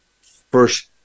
first